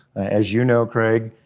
as you know, craig,